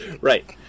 right